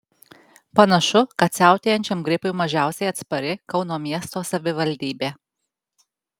panašu kad siautėjančiam gripui mažiausiai atspari kauno miesto savivaldybė